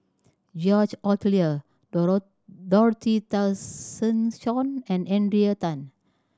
George Oehlers Dorothy Tessensohn and Adrian Tan